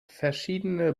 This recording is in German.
verschiedene